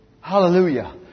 Hallelujah